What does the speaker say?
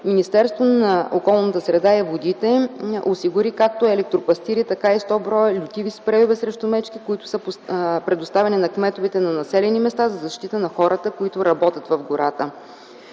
Министерството на околната среда и водите осигури както електропастири, така и 100 бр. лютиви спрейове срещу мечки, които са предоставени на кметовете на населените места за защита на хората, които работят в гората.